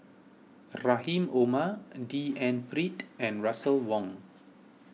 Rahim Omar D N Pritt and Russel Wong